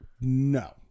no